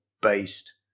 based